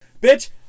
Bitch